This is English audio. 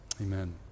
Amen